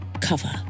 cover